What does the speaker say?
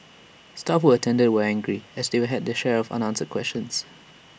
staff who attended were angry as they had their share of unanswered questions